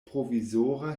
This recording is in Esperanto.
provizora